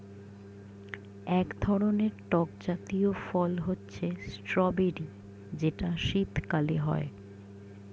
এক ধরনের টক জাতীয় ফল হচ্ছে স্ট্রবেরি যেটা শীতকালে হয়